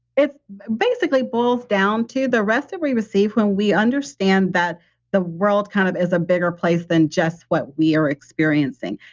it basically boils down to the rest that we receive when we understand that the world kind of is a bigger place than just what we are experiencing.